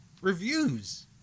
reviews